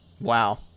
Wow